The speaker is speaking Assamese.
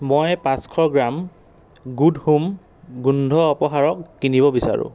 মই পাঁচশ গ্ৰাম গুড হোম গোন্ধ অপসাৰক কিনিব বিচাৰোঁ